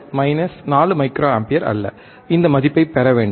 minus 4 microampere அல்ல இந்த மதிப்பைப் பெற வேண்டாம்